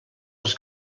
dels